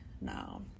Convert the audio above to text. No